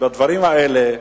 שבדברים האלה,